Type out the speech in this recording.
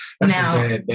Now